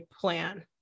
plan